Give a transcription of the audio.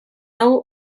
hau